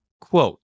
Quote